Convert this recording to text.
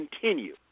continue